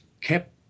kept